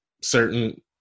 certain